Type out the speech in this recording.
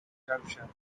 derbyshire